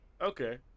okay